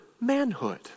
manhood